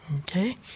Okay